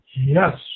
Yes